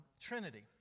Trinity